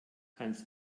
hans